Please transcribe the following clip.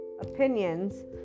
opinions